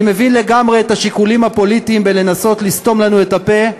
אני מבין לגמרי את השיקולים הפוליטיים בלנסות לסתום לנו את הפה,